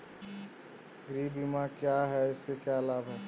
गृह बीमा क्या है इसके क्या लाभ हैं?